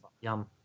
yum